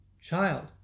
Child